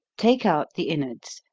take out the inwards,